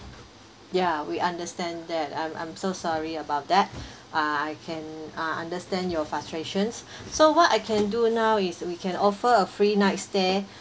ya we understand that I'm I'm so sorry about that uh I can ah understand your frustrations so what I can do now is we can offer a free night stay